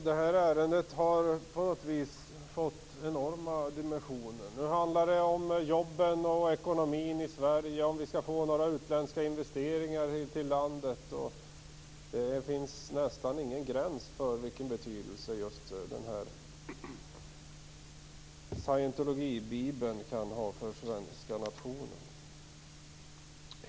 Herr talman! Det här ärendet har fått enorma dimensioner. Nu handlar det om jobben och ekonomin i Sverige. Om det skall bli några utländska investeringar i landet. Det finns nästan ingen gräns för vilken betydelse Scientologibibeln kan ha för svenska nationen.